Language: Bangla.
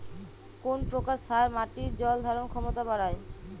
কোন প্রকার সার মাটির জল ধারণ ক্ষমতা বাড়ায়?